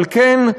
אבל כן,